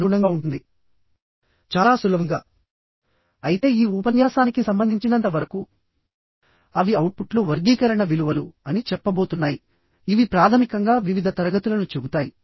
అదేవిధంగా angle sections ని back to back angle sections గా ఉపయోగించుకోవచ్చు